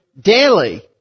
daily